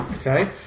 Okay